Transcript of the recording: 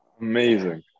Amazing